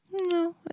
no